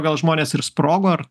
gal žmonės ir sprogo ar